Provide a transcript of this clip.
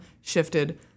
shifted